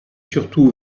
surtout